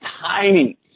tiny